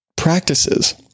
practices